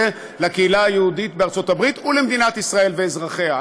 לקהילה היהודית בארצות הברית ולמדינת ישראל ואזרחיה.